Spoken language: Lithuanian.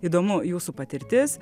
įdomu jūsų patirtis